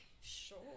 Sure